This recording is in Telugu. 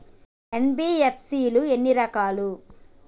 ఎన్.బి.ఎఫ్.సి ఎన్ని రకాలు?